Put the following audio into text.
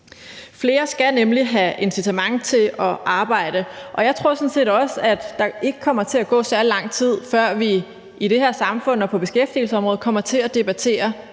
Flere skal nemlig have et incitament til at arbejde, og jeg tror sådan set heller ikke, at der kommer til at gå særlig lang tid, før vi i det her samfund og på beskæftigelsesområdet kommer til at debattere